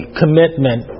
commitment